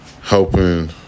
helping